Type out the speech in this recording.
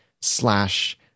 slash